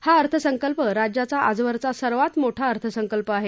हा अर्थसंकल्प राज्याचा आजवरचा सर्वात मोठा अर्थसंकल्प आहे